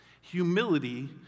Humility